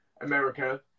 America